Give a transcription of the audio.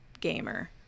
gamer